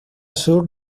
sur